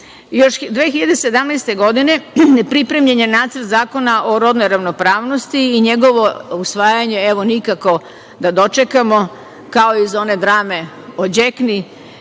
2017. godine, pripremljen je Nacrt zakona o rodnoj ravnopravnosti i njegovo usvajanje nikako da dočekamo, kao iz one drame o Đekni,